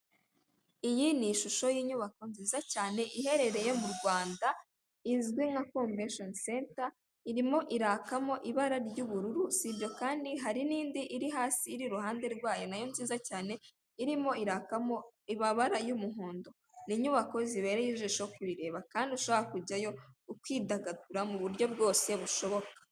Umuhanda w'umukara irimo ibinyabiziga bishinzwe gutwara anagenizi inyabiziga bikaba bifite ibara ry'umweru imbere yaho hakaba hari umugabo wambaye agapira kajya gusa umweru n'ipanaro ijya gusa ubururu.